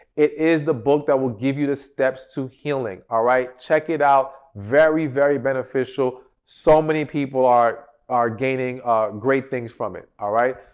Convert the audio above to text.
it is the book that will give you the steps to healing, all right. check it out very, very beneficial, so many people are are gaining great things from it, all right.